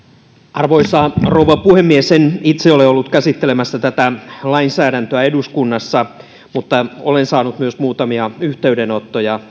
arvoisa rouva puhemies en itse ole ollut käsittelemässä tätä lainsäädäntöä eduskunnassa mutta olen saanut muutamia yhteydenottoja